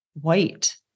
white